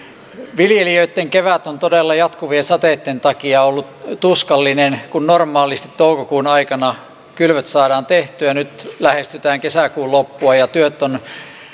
viljelijöitten kevät on todella jatkuvien sateitten takia ollut tuskallinen kun normaalisti toukokuun aikana kylvöt saadaan tehtyä nyt lähestytään kesäkuun loppua ja työt ovat